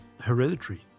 hereditary